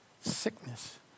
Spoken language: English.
Sickness